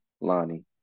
Lonnie